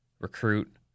recruit